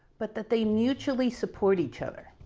but that they mutually support each other.